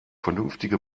vernünftige